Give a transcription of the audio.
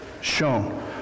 shown